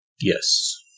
Yes